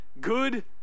good